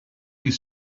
his